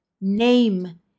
name